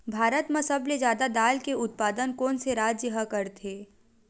भारत मा सबले जादा दाल के उत्पादन कोन से राज्य हा करथे?